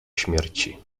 śmierci